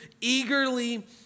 eagerly